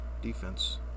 defense